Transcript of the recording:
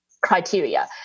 criteria